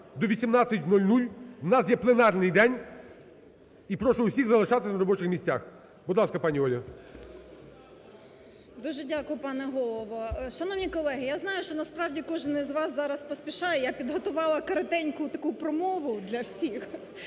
до 18.00 у нас є пленарний день і прошу усіх залишатись на робочих місцях. Будь ласка, пані Ольго. 17:52:40 БЄЛЬКОВА О.В. Дуже дякую, пане Голово. Шановні колеги, я знаю, що насправді кожен із вас зараз поспішає, я підготувала коротеньку таку промову для всіх,